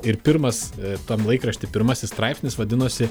ir pirmas tam laikrašty pirmasis straipsnis vadinosi